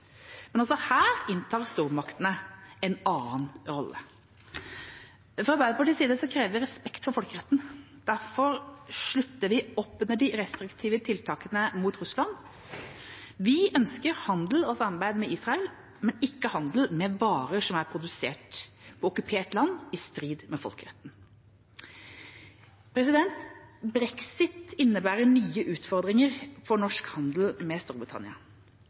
men også her inntar stormaktene en annen rolle. Fra Arbeiderpartiets side krever vi respekt for folkeretten, derfor slutter vi opp om de restriktive tiltakene mot Russland. Vi ønsker handel og samarbeid med Israel, men ikke handel med varer som er produsert på okkupert land i strid med folkeretten. Brexit innebærer nye utfordringer for norsk handel med Storbritannia.